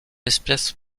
espèce